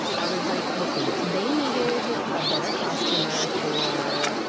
i was like listen, they needed a better costumer for